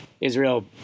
Israel